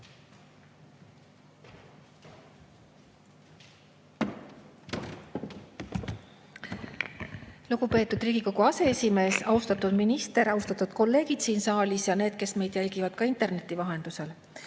Lugupeetud Riigikogu aseesimees! Austatud minister! Austatud kolleegid siin saalis ja need, kes meid jälgivad interneti vahendusel!